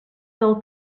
del